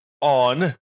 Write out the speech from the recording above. on